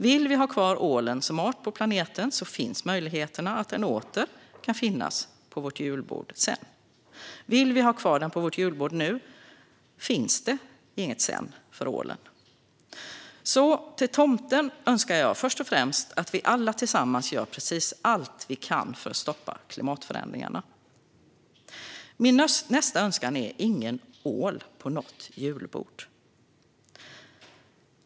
Vill vi ha kvar ålen som art på planeten finns möjligheterna att den senare åter kan finnas på vårt julbord. Vill vi ha kvar den på vårt julbord nu finns det inget "sedan" för ålen. Av tomten önskar jag först och främst att vi alla tillsammans gör precis allt vi kan för att stoppa klimatförändringarna. Min nästa önskan är att det inte ska finnas ål på något julbord.